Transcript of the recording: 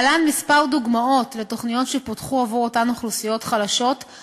להלן כמה דוגמאות לתוכניות שפותחו עבור אותן אוכלוסיות חלשות,